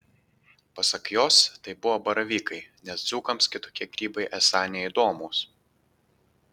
pasak jos tai buvo baravykai nes dzūkams kitokie grybai esą neįdomūs